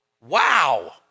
Wow